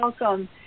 welcome